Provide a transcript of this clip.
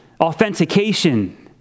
Authentication